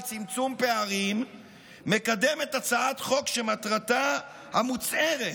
צמצום פערים מקדמת הצעת חוק שמטרתה המוצהרת